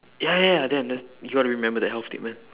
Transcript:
ya ya damn that's you got to remember that health tip man